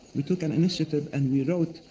we took an initiative, and we wrote,